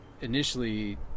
initially